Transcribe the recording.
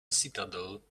citadel